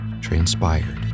transpired